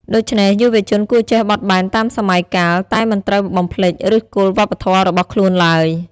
ដូច្នេះយុវជនគួរចេះបត់បែនតាមសម័យកាល តែមិនត្រូវបំភ្លេចឬសគល់វប្បធម៌របស់ខ្លួនឡើយ។